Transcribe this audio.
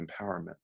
empowerment